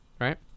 right